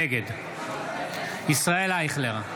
נגד ישראל אייכלר,